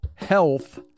health